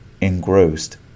engrossed